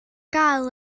gael